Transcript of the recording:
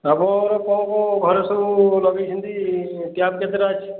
ଆପଣଙ୍କର କ'ଣ କ'ଣ ଘରେ ସବୁ ଲଗାଇଛନ୍ତି ଟ୍ୟାପ୍ କେତେଟା ଅଛି